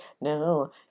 no